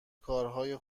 کارهای